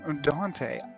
Dante